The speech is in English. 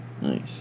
Nice